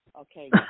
Okay